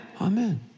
Amen